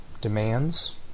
demands